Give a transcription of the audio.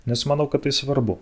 nes manau kad tai svarbu